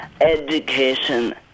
education